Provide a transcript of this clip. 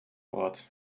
ort